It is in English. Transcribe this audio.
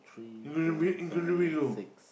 including be~ including below